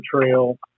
trail